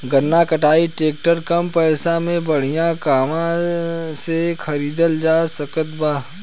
गन्ना कटाई ट्रैक्टर कम पैसे में बढ़िया कहवा से खरिदल जा सकत बा?